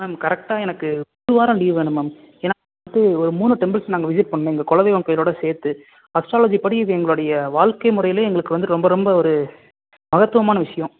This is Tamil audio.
மேம் கரெக்டாக எனக்கு ஒரு வாரம் லீவ் வேணும் மேம் ஏன்னால் வந்து ஒரு மூணு டெம்பிள்ஸ் நாங்கள் விசிட் பண்ணும் எங்கள் குல தெய்வம் கோயிலோடு சேர்த்து அஸ்ட்ராலஜிப்படி இது எங்களுடைய வாழ்க்கை முறையிலே எங்களுக்கு வந்து ரொம்ப ரொம்ப ஒரு மகத்துவமான விஷயம்